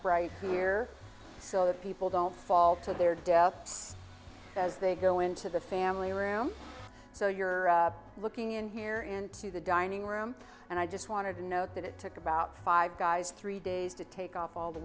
right here so that people don't fall to their depths as they go into the family room so you're looking in here into the dining room and i just wanted to note that it took about five guys three days to take off all the